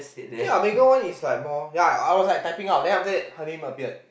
K lah Megan one is like more ya I was typing out then after that her name appeared